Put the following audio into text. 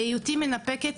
בהיותי מנפקת,